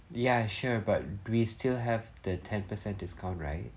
ya sure but we still have the ten percent discount right